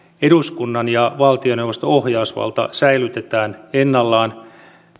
eduskunnan ja valtioneuvoston ohjausvalta säilytetään ennallaan